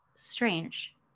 strange